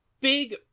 big